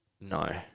No